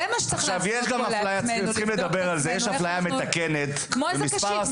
אנחנו צריכים לבדוק את עצמנו בנושא הזה.